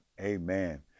amen